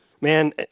Man